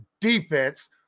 defense